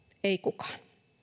ei kukaan